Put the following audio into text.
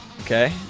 Okay